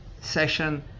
session